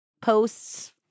posts